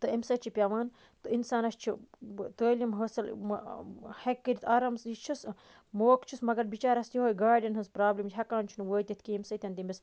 تہٕ امہ سۭتۍ چھ پیٚوان اِنسانَس چھ تعلیم حٲصل ہیٚکہِ کٔرِتھ آرام سان یہِ چھَس موقہٕ چھُس مَگَر بِچارَس یُہوٚے گاڈیٚن ہٕنٛز پرابلم ہیٚکان چھنہٕ وٲتِتھ کِہیٖنۍ ییٚمہِ سۭتۍ تمِس